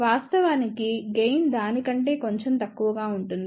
వాస్తవానికి గెయిన్ దాని కంటే కొంచెం తక్కువగా ఉంటుంది